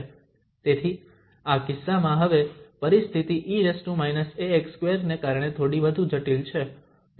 તેથી આ કિસ્સામાં હવે પરિસ્થિતિ e−ax2 ને કારણે થોડી વધુ જટિલ છે